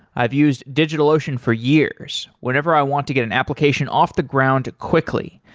i've used digitalocean for years whenever i want to get an application off the ground quickly,